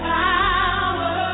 power